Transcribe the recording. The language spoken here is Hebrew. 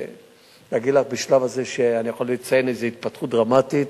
ולהגיד לך בשלב הזה שאני יכול לציין איזה התפתחות דרמטית,